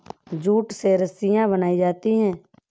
jute से रस्सियां बनायीं जाती है